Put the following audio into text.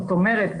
זאת אומרת,